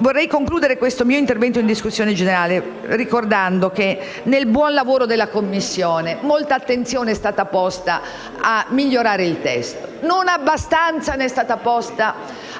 Vorrei concludere questo mio intervento in discussione generale ricordando che nel buon lavoro della Commissione molta attenzione è stata posta a migliorare il testo, ma non ne è stata posta